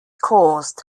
caused